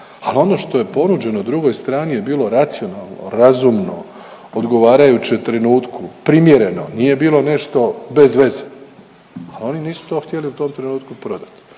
Ali ono što je ponuđeno drugoj strani je bilo racionalno, razumno, odgovarajuće trenutku, primjereno, nije bilo nešto bez veze. A oni nisu htjeli to u tom trenutku prodati.